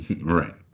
Right